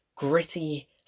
gritty